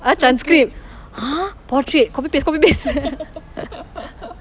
ah transcript !huh! portrait copy paste copy paste